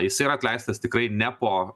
jis yra atleistas tikrai ne po